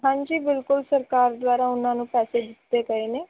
ਹਾਂਜੀ ਬਿਲਕੁਲ ਸਰਕਾਰ ਦੁਆਰਾ ਉਹਨਾਂ ਨੂੰ ਪੈਸੇ ਦਿੱਤੇ ਗਏ ਨੇ